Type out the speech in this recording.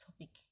topic